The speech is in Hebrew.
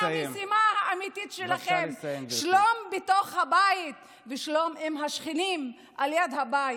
זו המשימה האמיתית שלכם: שלום בתוך הבית ושלום עם השכנים ליד הבית,